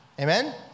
Amen